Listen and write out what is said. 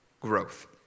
growth